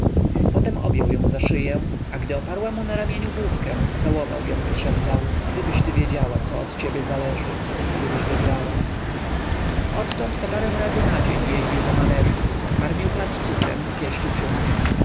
potem objął ją za szyję a gdy oparła mu na ramieniu główkę całował ją i szeptał gdybyś ty wiedziała co od ciebie zależy gdybyś wiedziała odtąd po parę razy na dzień jeździł do maneżu karmił klacz cukrem i pieścił się z nią